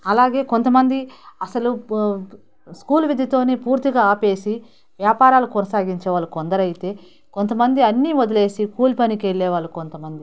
అలాగే కొంతమంది అసలు స్కూల్ విద్యతోనే పూర్తిగా ఆపేసి వ్యాపారాలు కొనసాగించేవాళ్ళు కొందరైతే కొంత మంది అన్ని వదిలేసి కూలీ పనికి వెళ్ళే వాళ్ళు కొంతమంది